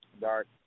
dark